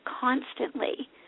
constantly